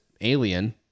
alien